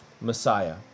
Messiah